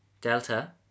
Delta